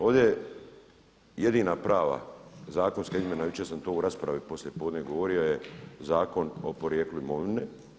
Ovdje je jedina prava zakonska izmjena, jučer sam to u raspravi poslijepodne govorio je Zakon o porijeklu imovine.